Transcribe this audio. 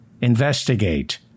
investigate